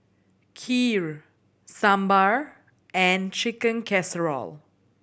Kheer Sambar and Chicken Casserole